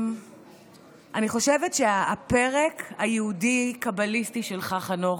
הפרק היהודי-קבליסטי שלך, חנוך,